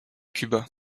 cuba